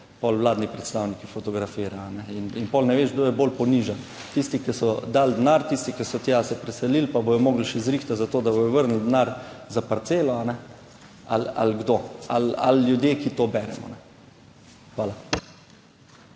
vladni predstavniki fotografira. In potem ne veš, kdo je bolj ponižan, tisti, ki so dali denar, tisti, ki so tja se preselili pa bodo morali še zrihtati za to, da bodo vrnili denar za parcelo. Ali kdo ali ljudje, ki to beremo? Hvala.